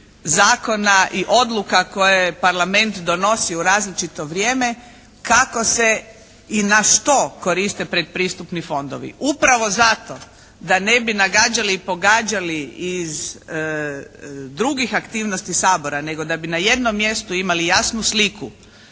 zakona i odluka koje je Parlament donosi u različito vrijeme kako se i na što koriste predpristupni fondovi. Upravo zato da ne bi nagađali i pogađali iz drugih aktivnosti Sabora, nego da bi na jednom mjestu imali jasnu sliku